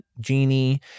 genie